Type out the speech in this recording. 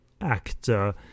actor